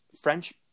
French